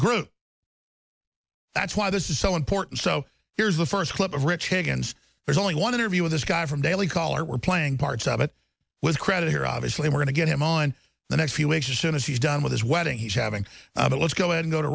group that's why this is so important so here's the first clip of rich higgins there's only one interview with this conference daily caller we're playing parts of it with credit here obviously we're going to get him on the next few weeks as soon as he's done with his wedding he's having a let's go and go to